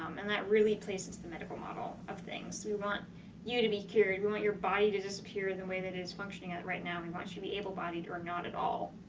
um and that really plays into the medical model of things. we want you to be cured, we want your body to disappear in the way that it is functioning right now, we want you to be able-bodied or not at all.